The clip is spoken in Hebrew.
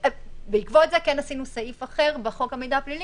בעקבות זה עשינו סעיף אחר בחוק המידע הפלילי